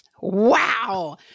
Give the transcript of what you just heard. Wow